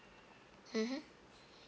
hmm mm